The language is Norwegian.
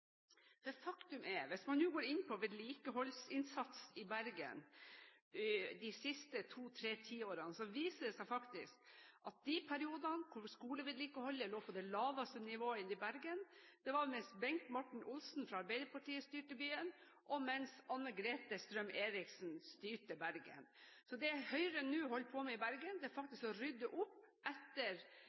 For faktum er at hvis man går inn på vedlikeholdsinnsats i Bergen de siste to–tre tiårene, viser det seg faktisk at de periodene hvor skolevedlikeholdet lå på det laveste nivået i Bergen, var mens Bengt Martin Olsen fra Arbeiderpartiet styrte byen, og mens Anne-Grete Strøm-Erichsen styrte Bergen. Det Høyre nå holder på med i Bergen, er faktisk å rydde opp etter